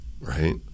right